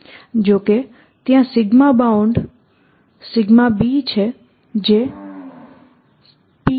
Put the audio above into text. જો કે ત્યાં સિગ્મા બાઉન્ડ b છે જે P